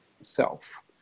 self